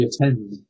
attend